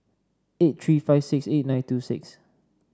eight three five six eight nine two six